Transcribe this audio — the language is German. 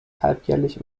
halbjährlich